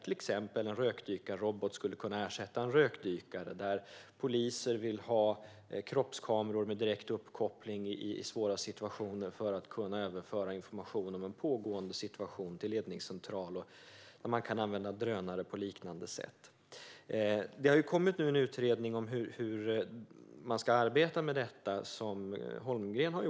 Till exempel skulle en rökdykarrobot kunna ersätta en rökdykare, och poliser vill ha kroppskameror med direkt uppkoppling till ledningscentral för att kunna överföra information om pågående svåra situationer. Man kan även använda drönare på liknande sätt. Det har nu kommit en utredning, som Holmgren har gjort, om hur man ska arbeta med detta.